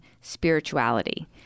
spirituality